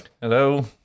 hello